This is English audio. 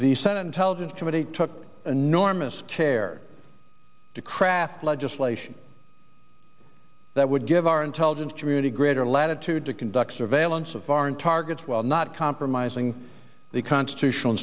the senate intelligence committee took enormous care to craft legislation that would give our intelligence community greater latitude to conduct surveillance of foreign targets while not compromising the constitutional